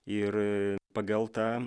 ir pagal tą